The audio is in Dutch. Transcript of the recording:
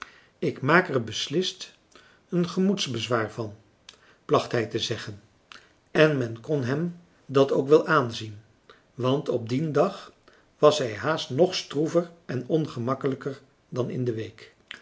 ik maak er beslist een gemoedsbezwaar van placht hij te zeggen en men kon hem dat ook wel aanzien want op dien dag was hij haast nog stroever en ongemakkelijker dan in de week